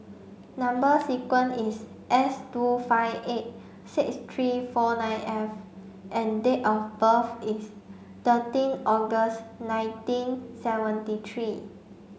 number sequence is S two five eight six three four nine F and date of birth is thirteen August nineteen seventy three